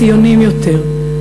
ציוניים יותר,